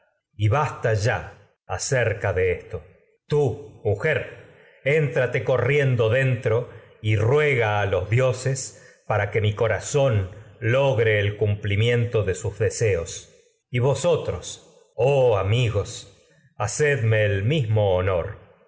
el basta ya acerca de esto tú mujer éntrate corriendo dentro y ruega a para y los dioses que mi corazón logre el cumplimiento de sus deseos y vosotros oh amigos hacedme el mis mo honor